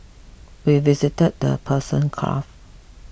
we visited the Persian Gulf